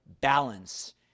balance